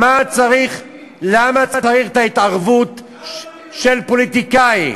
למה צריך את ההתערבות של פוליטיקאים?